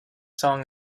song